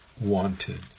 wanted